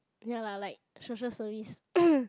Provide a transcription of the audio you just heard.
ya lah like social service